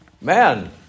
Man